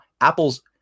apples